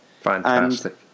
Fantastic